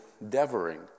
endeavoring